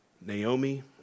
Naomi